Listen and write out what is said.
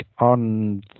on